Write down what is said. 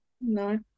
No